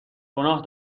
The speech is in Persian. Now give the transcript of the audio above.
گناه